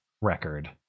record